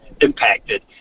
impacted